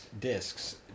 discs